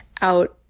out